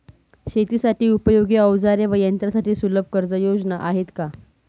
शेतीसाठी उपयोगी औजारे व यंत्रासाठी सुलभ कर्जयोजना आहेत का?